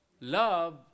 love